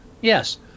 Yes